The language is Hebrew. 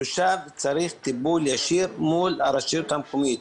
התושב צריך טיפול ישיר מול הרשות המקומית,